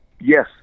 Yes